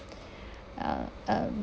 uh um